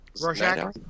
Rorschach